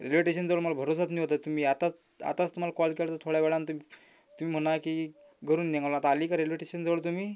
railway टेशनजवळ मला भरोसाच नाही होत आहे तुम्ही आत्ता आत्ताच तुम्हाल कॉल केलं थोड्या वेळानं तुम तुम्ही म्हणा की घरून निघालो आता आली का रेल्वे टेशनजवळ तुम्ही